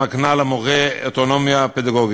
המקנה למורה אוטונומיה פדגוגית.